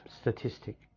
statistic